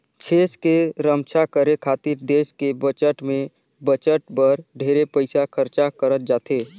छेस के रम्छा करे खातिर देस के बजट में बजट बर ढेरे पइसा खरचा करत जाथे